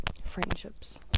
friendships